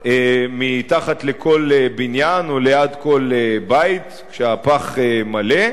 מתחת לכל בניין, או ליד כל בית כשהפח מלא.